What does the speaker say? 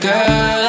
Girl